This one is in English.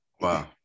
wow